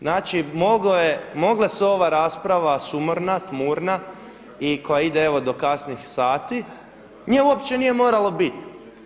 Znači, mogla se ova rasprava sumorna, tmurna i koja ide evo i do kasnih sati nje uopće nije moralo biti.